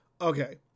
Okay